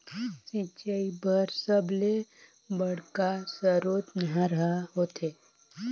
सिंचई बर सबले बड़का सरोत नहर ह होथे